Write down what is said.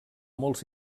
molts